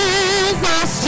Jesus